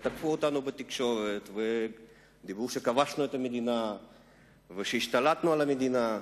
ותקפו אותנו בתקשורת ואמרו שכבשנו את המדינה והשתלטנו על המדינה.